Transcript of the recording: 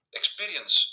experience